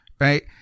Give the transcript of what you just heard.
right